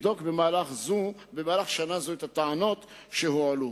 אשר יבדוק במהלך שנה זו את הטענות שהועלו.